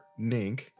Nink